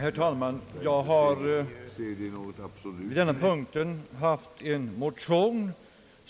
Herr talman! I denna punkt behandlas en motion